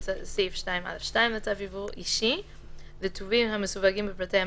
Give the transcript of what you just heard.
הקורונה החדש) (אישורים רגולטוריים)